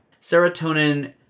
Serotonin